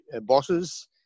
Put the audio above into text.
bosses